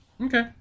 Okay